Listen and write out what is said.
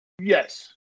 Yes